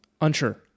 Unsure